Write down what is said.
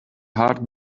heart